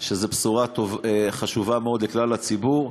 שזאת בשורה חשובה מאוד לכלל הציבור,